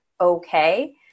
okay